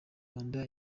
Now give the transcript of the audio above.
rwanda